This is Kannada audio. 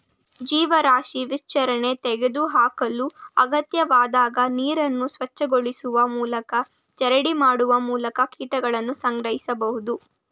ಜೀವರಾಶಿ ವಿಸರ್ಜನೆ ತೆಗೆದುಹಾಕಲು ಅಗತ್ಯವಾದಾಗ ನೀರನ್ನು ಸ್ವಚ್ಛಗೊಳಿಸುವ ಮೂಲಕ ಜರಡಿ ಮಾಡುವ ಮೂಲಕ ಕೀಟಗಳನ್ನು ಸಂಗ್ರಹಿಸ್ಬೋದು